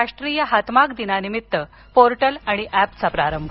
राष्ट्रीय हातमाग दिनानिमित्त पोर्टल आणि एपचा प्रारंभ